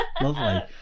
Lovely